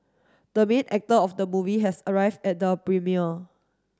the main actor of the movie has arrived at the premiere